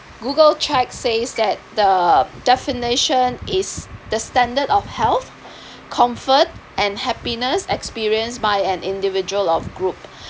google check says that the definition is the standard of health comfort and happiness experienced by an individual or group